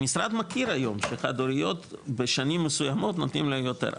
המשרד מכיר היום שחד הוריות בשנים מסוימות נותנים להן יותר,